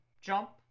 jump